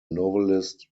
novelist